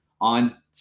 on